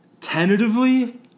Tentatively